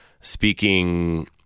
speaking